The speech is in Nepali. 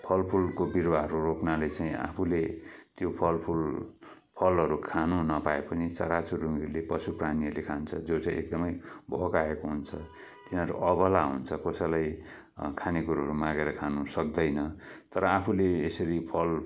फलफुलको बिरुवाहरू रोप्नाले चाहिँ आफूले त्यो फलफुल फलहरू खानु नपाए पनि चरा चुरुङ्गीहरूले पशु प्राणीहरूले खान्छ जो चैँ एकदमै भोकाएको हुन्छ तिनीहरू अबोला हुन्छ कोसैलाई खानेकुरोहरू मागेर खानु सक्दैन तर आफूले यसरी फल